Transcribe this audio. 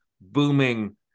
booming